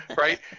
right